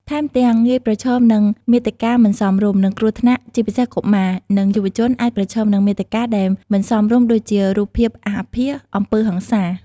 ថែមទាំងងាយប្រឈមនឹងមាតិកាមិនសមរម្យ និងគ្រោះថ្នាក់ ជាពិសេសកុមារ និងយុវជនអាចប្រឈមនឹងមាតិកាដែលមិនសមរម្យដូចជារូបភាពអាសអាភាសអំពើហិង្សា។